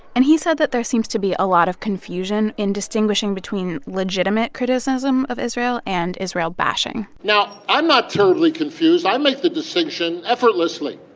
and he said that there seems to be a lot of confusion in distinguishing between legitimate criticism of israel and israel bashing now, i'm not terribly confused. i make the distinction effortlessly.